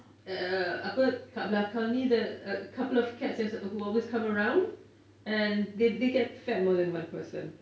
eh apa kat belakang ni there are couple of cats who always come around and they they get fed more than one person